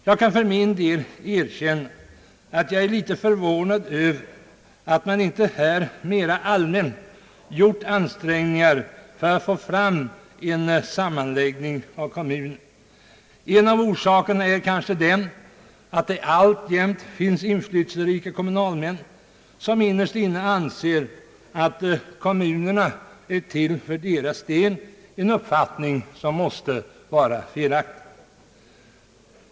Jag kan för min del erkänna att jag är litet förvånad över att man inte här mera allmänt har gjort ansträngningar för att få fram en sammanläggning av kommunerna. En av orsakerna är kanske den att det alltjämt finns inflytelserika kommunalmän som innerst inne anser att kommunerna är till för deras del, en uppfattning som måste vara felaktig.